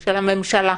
של הממשלה.